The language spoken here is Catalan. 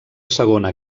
segona